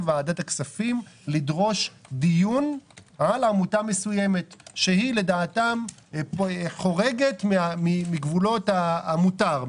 ועדת הכספים לדרוש דיון על עמותה מסוימת שלדעתם חורגת מגבולות המותר,